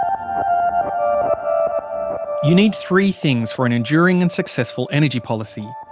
um you need three things for an enduring and successful energy policy.